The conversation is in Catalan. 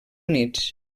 units